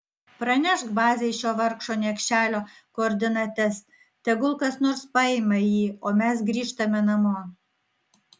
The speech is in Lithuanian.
pranešk bazei šio vargšo niekšelio koordinates tegul kas nors paima jį o mes grįžtame namo